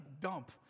dump